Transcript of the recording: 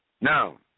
Now